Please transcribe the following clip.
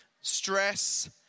stress